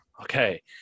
okay